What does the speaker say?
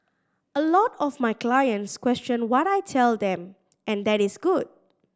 a lot of my clients question what I tell them and that is good